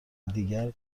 دیگر